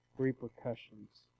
repercussions